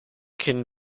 can